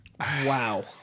Wow